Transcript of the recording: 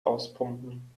auspumpen